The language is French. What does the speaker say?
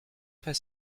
pas